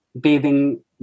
bathing